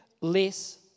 less